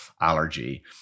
allergy